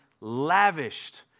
lavished